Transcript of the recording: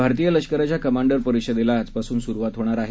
भारतीय लष्कराच्या कमांडर परिषदेला आजपासून सुरुवात होणार आहे